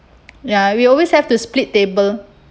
ya we always have to split table